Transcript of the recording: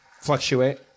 fluctuate